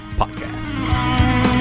podcast